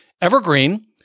Evergreen